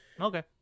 Okay